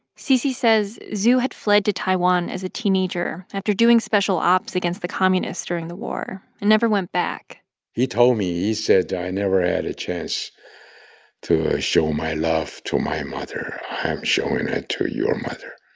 cc says zhu had fled to taiwan as a teenager after doing special ops against the communists during the war and never went back he told me he said, i never had a chance to show my love to my mother. i'm showing it to your mother.